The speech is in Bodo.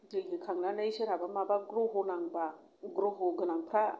जै होखांनानैसो सोरहाबा माबा ग्रह' नांबा ग्रह' गोनांफ्रा